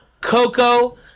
Coco